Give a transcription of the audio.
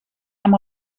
amb